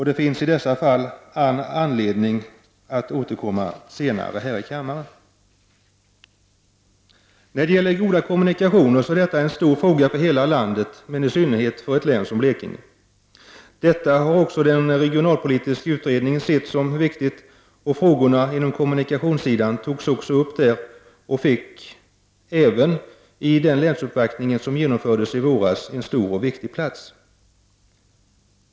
Det finns i dessa fall all anledning att senare återkomma här i kammaren. Goda kommunikationer är en stor fråga för hela landet, men i synnerhet för ett län som Blekinge. Detta har också den regionalpolitiska utredningen sett som viktigt. Frågorna inom kommunikationsområdet togs upp där. De fick en stor och viktig plats även i länsuppvaktningen i våras.